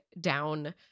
down